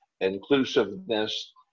inclusiveness